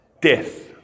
Death